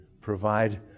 provide